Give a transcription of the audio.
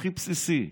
הכי בסיסי.